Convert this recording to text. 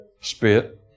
Spit